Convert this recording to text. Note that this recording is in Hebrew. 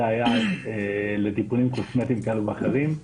זה היה לטיפולים קוסמטיים כאלה ואחרים.